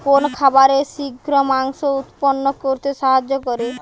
কোন খাবারে শিঘ্র মাংস উৎপন্ন করতে সাহায্য করে?